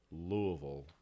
Louisville